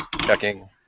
checking